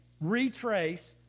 retrace